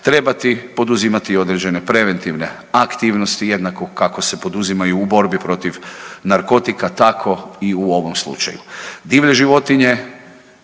trebati poduzimati određene preventivne aktivnosti jednako kako se poduzimaju u borbi protiv narkotika tako i u ovom slučaju. Divlje životinje